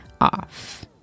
off